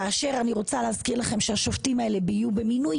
כאשר אני רוצה להזכיר לכם שהשופטים האלה יהיו במינוי